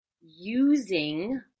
using